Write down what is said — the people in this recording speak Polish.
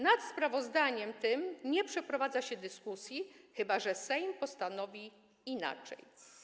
Nad sprawozdaniem tym nie przeprowadza się dyskusji, chyba że Sejm postanowi inaczej.